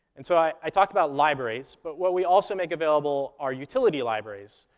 and so i i talked about libraries, but what we also make available are utility libraries.